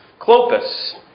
Clopas